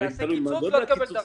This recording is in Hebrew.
ותלוי מה גודל הקיצוץ,